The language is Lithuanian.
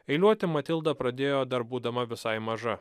eiliuoti matilda pradėjo dar būdama visai maža